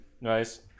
Nice